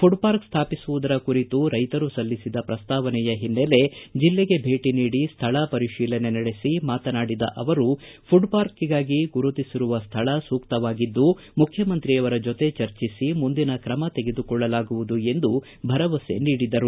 ಪುಡ್ಪಾರ್ಕ್ ಸ್ವಾಪಿಸುವುದರ ಕುರಿತು ರೈತರು ಸಲ್ಲಿಸಿದ ಪ್ರಸ್ತಾವನೆಯ ಹಿನ್ನೆಲೆ ಜಿಲ್ಲೆಗೆ ಭೇಟ ನೀಡಿ ಸ್ವಳ ಪರಿಶೀಲನೆ ನಡೆಸಿ ಮಾತನಾಡಿದ ಅವರು ಪುಡ್ ಪಾರ್ಕ್ಗಾಗಿ ಗುರುತಿಸಿರುವ ಸ್ವಳ ಸೂಕ್ತವಾಗಿದ್ದು ಮುಖ್ಯಮಂತ್ರಿಯವರ ಜೊತೆ ಚರ್ಚಸಿ ಮುಂದಿನ ಕ್ರಮ ತೆಗೆದುಕೊಳ್ಳಲಾಗುವುದು ಎಂದು ಭರವಸೆ ನೀಡಿದರು